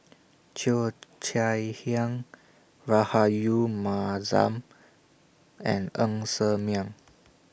Cheo Chai Hiang Rahayu Mahzam and Ng Ser Miang